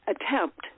attempt